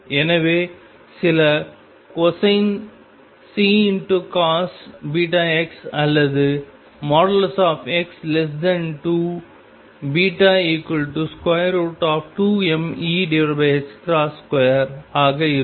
எனவே இது சில கொசைன் C×cos βxஅல்லது|x|L2 β2mE2 ஆக இருக்கும்